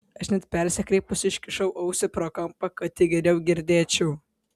aš net persikreipusi iškišau ausį pro kampą kad tik geriau girdėčiau